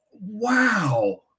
Wow